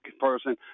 person